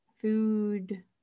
food